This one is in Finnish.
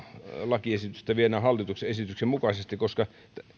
lakiesitystä viedään hallituksen esityksen mukaisesti koska